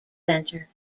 center